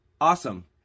Awesome